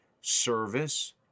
service